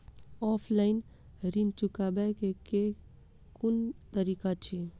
Offline ऋण चुकाबै केँ केँ कुन तरीका अछि?